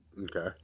Okay